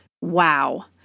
Wow